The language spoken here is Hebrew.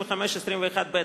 35(19) ו-(20) ו-35(21)(ב)